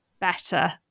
better